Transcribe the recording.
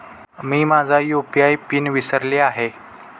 मी माझा UPI pin विसरले आहे